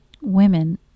women